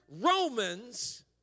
Romans